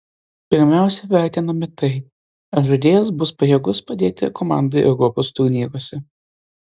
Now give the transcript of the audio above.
pirmiausia vertiname tai ar žaidėjas bus pajėgus padėti komandai europos turnyruose